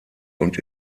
und